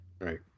Right